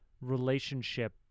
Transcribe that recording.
relationship